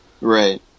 Right